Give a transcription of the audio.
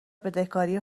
بدهکاری